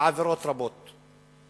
בעבירות רבות.